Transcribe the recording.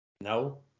no